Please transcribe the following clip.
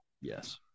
Yes